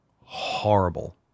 horrible